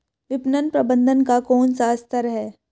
विपणन प्रबंधन का कौन सा स्तर है?